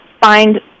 find